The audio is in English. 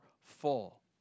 full